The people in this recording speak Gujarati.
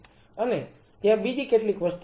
અને ત્યાં બીજી કેટલીક વસ્તુઓ છે